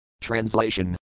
Translation